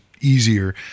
easier